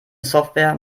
software